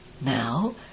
Now